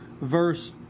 verse